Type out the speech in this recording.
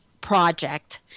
project